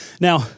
Now